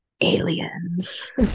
aliens